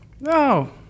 no